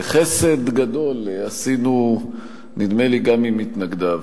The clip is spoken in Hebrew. וחסד גדול עשינו, נדמה לי, גם עם מתנגדיו.